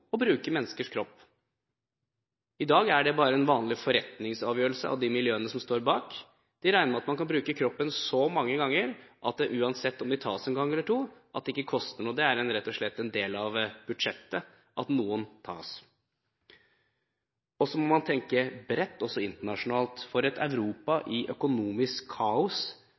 bruke menneskers kropp. I dag er det bare en vanlig forretningsavgjørelse av de miljøene som står bak. De regner med at man kan bruke kroppen så mange ganger at det uansett om de tas en gang eller to, ikke koster noe. Det er rett og slett en del av budsjettet at noen tas. Så må man tenke bredt også internasjonalt. Et Europa i økonomisk kaos